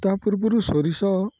ତା' ପୂର୍ବରୁ ସୋରିଷ